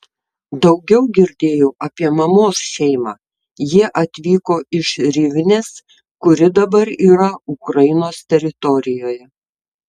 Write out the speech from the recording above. daugiau girdėjau apie mamos šeimą jie atvyko iš rivnės kuri dabar yra ukrainos teritorijoje